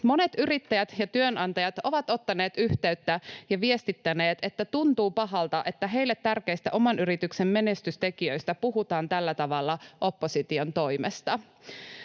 Monet yrittäjät ja työnantajat ovat ottaneet yhteyttä ja viestittäneet, että tuntuu pahalta, että heille tärkeistä oman yrityksen menestystekijöistä puhutaan tällä tavalla opposition toimesta.